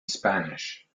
spanish